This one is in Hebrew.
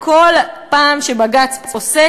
בכל פעם שבג"ץ פוסק,